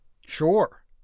Sure